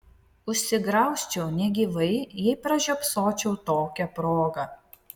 užsigraužčiau negyvai jei pražiopsočiau tokią progą